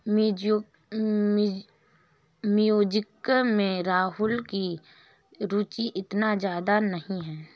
music में राहुल की रुचि इतनी ज्यादा नहीं है